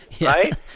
right